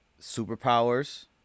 superpowers